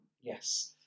yes